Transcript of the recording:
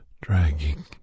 dragging